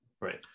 right